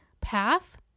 path